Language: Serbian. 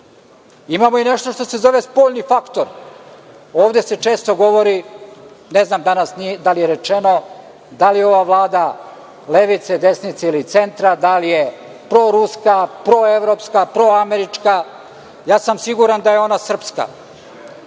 Imamo i nešto što se zove spoljni faktor. Ovde se često govori, ne znam da li je danas rečeno, da li je ova Vlada levice, desnice ili centra, da li je proruska, proevropska, proamerička. Ja sam siguran da je ona srpska,